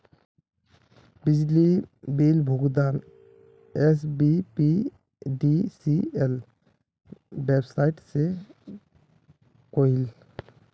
बिजली बिल भुगतान SBPDCL website से क्रॉइल